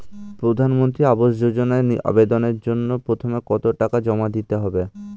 প্রধানমন্ত্রী আবাস যোজনায় আবেদনের জন্য প্রথমে কত টাকা জমা দিতে হবে?